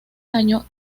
año